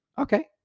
Okay